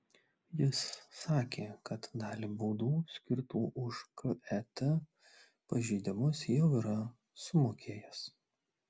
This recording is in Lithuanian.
jis sakė kad dalį baudų skirtų už ket pažeidimus jau yra sumokėjęs